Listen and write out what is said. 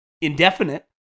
indefinite